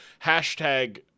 hashtag